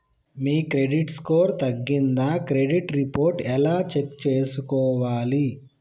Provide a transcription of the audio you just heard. మీ credit score తగ్గిందా credit report ఎలా check చేసుకోవాలి?